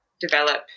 develop